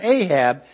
Ahab